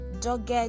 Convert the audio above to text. dogged